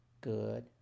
good